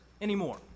anymore